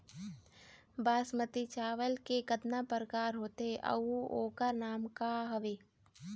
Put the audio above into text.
बासमती चावल के कतना प्रकार होथे अउ ओकर नाम क हवे?